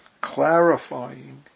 clarifying